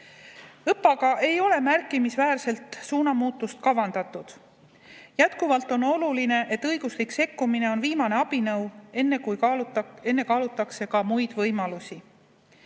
ÕPPA‑ga ei ole märkimisväärset suunamuutust kavandatud. Jätkuvalt on oluline, et õiguslik sekkumine on viimane abinõu, enne kaalutakse ka muid võimalusi.